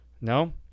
No